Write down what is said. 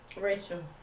Rachel